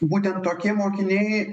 būtent tokie mokiniai